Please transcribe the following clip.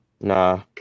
Nah